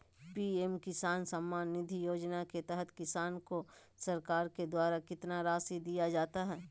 PM किसान सम्मान निधि योजना के तहत किसान को सरकार के द्वारा कितना रासि दिया जाता है?